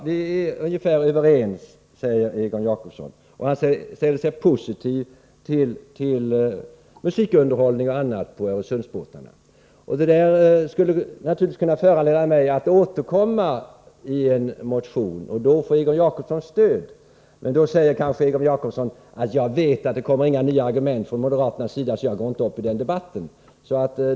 Vi är ungefär överens, säger Egon Jacobsson, och han ställer sig positiv till musikunderhållning och annat på Öresundsbåtarna. Detta skulle naturligtvis kunna föranleda mig att återkomma med en motion och i så fall få Egon Jacobssons stöd. Men då säger kanske Egon Jacobsson: Jag vet att det inte kommer några nya argument från moderaterna, så jag går inte upp i debatten.